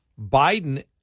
Biden